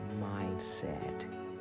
mindset